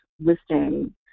listing